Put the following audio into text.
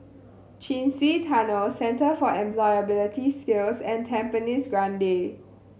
Chin Swee Tunnel Centre for Employability Skills and Tampines Grande